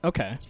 Okay